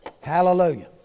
Hallelujah